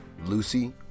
Lucy